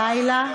בלילה,